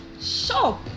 shop